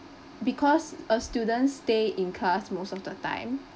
because a students stay in class most of the time